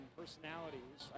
personalities